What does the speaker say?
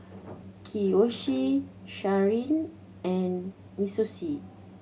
Kiyoshi Sharyn and